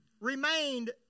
remained